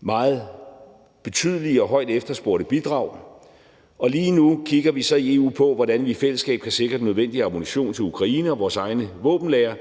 meget betydelige og højt efterspurgte bidrag – og lige nu kigger vi så i EU på, hvordan vi i fællesskab kan sikre den nødvendige ammunition til Ukraine og vores egne våbenlagre